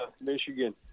Michigan